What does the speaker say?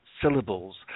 syllables